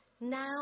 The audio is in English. now